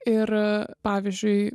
ir pavyzdžiui